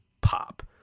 pop